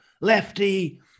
lefty